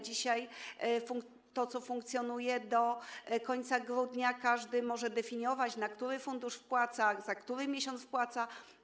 Dzisiaj - to funkcjonuje do końca grudnia - każdy może definiować, na który fundusz wpłaca, za który miesiąc wpłaca.